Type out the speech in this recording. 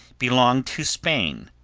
belonged to spain,